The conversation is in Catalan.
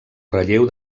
relleu